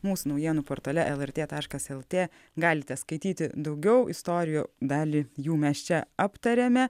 mūsų naujienų portale lrt taškas lt galite skaityti daugiau istorijų dalį jų mes čia aptarėme